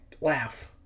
Laugh